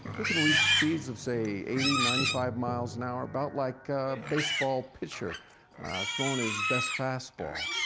it can reach speeds of say eighty, ninety five miles an hour about like a baseball pitcher throwing his best fast ball.